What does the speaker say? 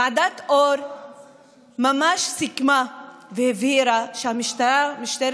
ועדת אור ממש סיכמה והבהירה שמשטרת